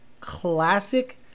classic